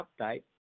update